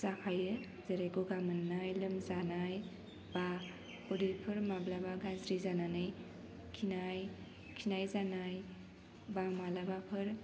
जाखायो जेरै ग'गा मोन्नाय लोमजानाय बा उदैफोर माब्लाबा गाज्रि जानानै खिनाय खिनाय जानाय बा मालाबाफोर